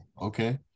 Okay